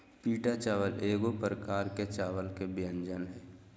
पीटा चावल एगो प्रकार के चावल के व्यंजन हइ